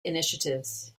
initiatives